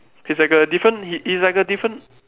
he's like a different he he's like a different